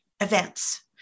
events